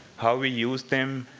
how we use them,